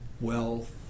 wealth